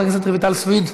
חברת הכנסת רויטל סויד,